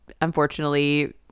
unfortunately